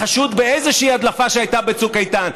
חשוד באיזו הדלפה שהייתה בצוק איתן.